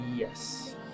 Yes